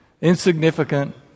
insignificant